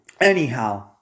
Anyhow